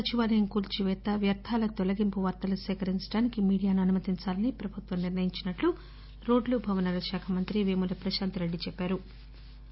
సచివాలయం కూల్చివేత వ్యర్ధాల తొలగింపు వార్తలు సేకరించడానికి మీడియాను అనుమతించాలని ప్రభుత్వం నిర్ణయించినట్లు రోడ్లు భవనాల శాఖ మంత్రి పేముల ప్రశాంత రెడ్గి తెలిపారు